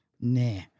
Nah